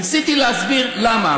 ניסיתי להסביר למה.